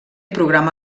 programa